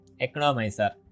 economizer